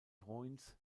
bruins